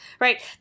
right